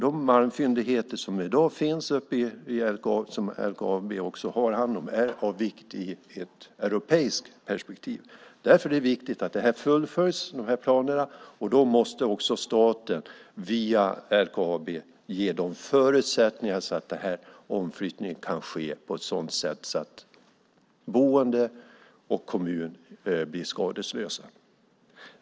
De malmfyndigheter som LKAB har hand om är av vikt också i ett europeiskt perspektiv. Därför är det viktigt att de här planerna fullföljs. Och då måste också staten, via LKAB, ge förutsättningar så att den här omförflyttningen kan ske på ett sådant sätt att de boende och kommunerna blir skadeslösa.